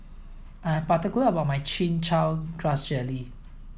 I'm particular about my chin chow grass jelly